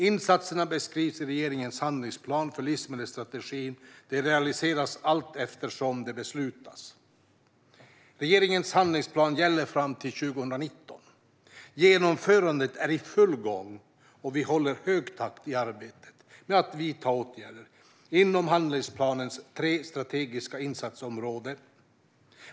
Insatserna beskrivs i regeringens handlingsplan för livsmedelsstrategin och de realiseras allteftersom de beslutas. Regeringens handlingsplan gäller fram till 2019. Genomförandet är i full gång och vi håller hög takt i arbetet med att vidta åtgärder inom handlingsplanens tre strategiska insatsområden.